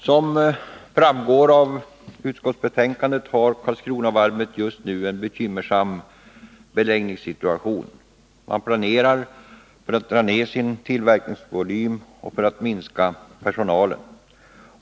Som framgår av utskottsbetänkandet har Karlskronavarvet just nu en bekymmersam beläggningssituation. Man planerar för att dra ner sin tillverkningsvolym och att minska personalen.